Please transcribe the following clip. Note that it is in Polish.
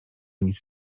nic